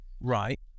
Right